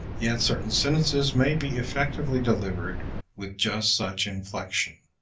yet certain sentences may be effectively delivered with just such inflection.